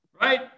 right